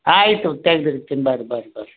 ಆಯಿತು ತೆಗ್ದು ಇಡ್ತಿನಿ ಬರ್ರಿ ಬರ್ರಿ ಬರ್ರಿ